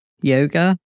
Yoga